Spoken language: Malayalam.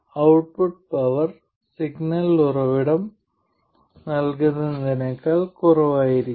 ഔട്ട്പുട്ട് പവർ സിഗ്നൽ ഉറവിടം നൽകുന്നതിനേക്കാൾ കുറവായിരിക്കണം